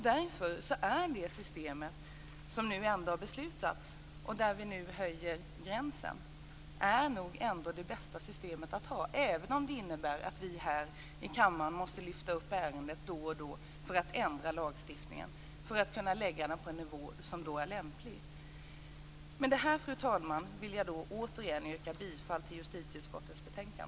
Därför är det system som nu har föreslagits och som innebär att vi höjer gränsen nog ändå det bästa, även om det innebär att ärendet då och då måste lyftas fram här i kammaren och lagstiftningen ändras så att den hamnar på en nivå som då är lämplig. Med detta, fru talman, vill jag återigen yrka bifall till justitieutskottets hemställan.